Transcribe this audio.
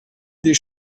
des